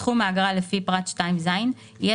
סכום האגרה לפי פרט 2ז הנוגע